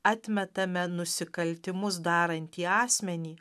atmetame nusikaltimus darantį asmenį